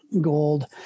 gold